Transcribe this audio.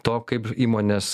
to kaip įmonės